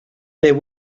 there